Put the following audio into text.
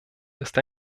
ist